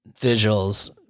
visuals